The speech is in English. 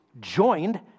joined